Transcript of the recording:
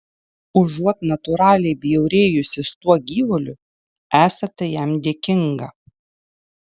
užuot natūraliai bjaurėjusis tuo gyvuliu esate jam dėkinga